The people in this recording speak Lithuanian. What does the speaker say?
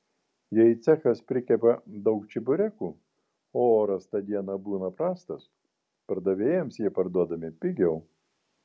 jei cechas prikepa daug čeburekų o oras tą dieną būna prastas pardavėjams jie parduodami pigiau